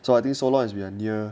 so I think so long as we are near